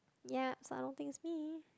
ya so I don't think it's me